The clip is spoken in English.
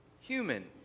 human